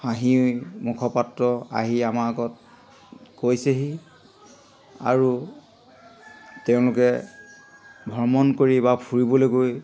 হাঁহি মুখপাত্ৰ আহি আমাৰ আগত কৈছেহি আৰু তেওঁলোকে ভ্ৰমণ কৰি বা ফুৰিবলৈ গৈ